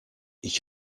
ich